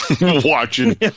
watching